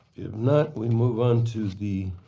not, we move on to the